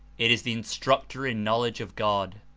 it is the instructor in knowledge of god,